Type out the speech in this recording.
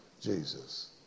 Jesus